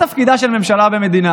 אתה זוכר מי הצביע נגד התקציב לפני שנה?